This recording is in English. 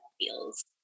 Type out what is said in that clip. feels